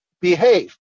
behave